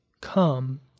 come